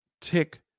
tick